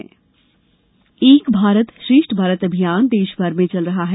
एक भारत श्रेष्ठ भारत एक भारत श्रेष्ठ भारत अभियान देश भर में चल रहा है